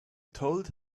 told